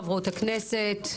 חברות הכנסת,